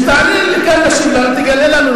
כשתעלה לכאן להשיב לנו, תגלה לנו.